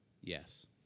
Yes